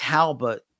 Talbot